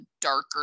darker